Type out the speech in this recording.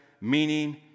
meaning